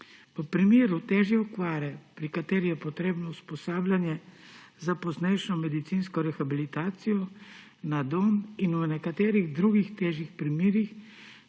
V primeru težje okvare, pri kateri je potrebno usposabljanje za poznejšo medicinsko rehabilitacijo na domu, in v nekaterih drugih težjih primerih